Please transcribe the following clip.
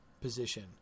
position